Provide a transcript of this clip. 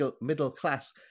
middle-class